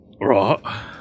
Right